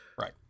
Right